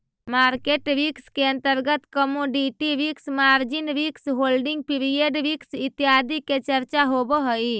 market risk के अंतर्गत commodity risk, margin risk, holding period risk इत्यादि के चर्चा होवऽ हई